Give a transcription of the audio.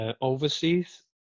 Overseas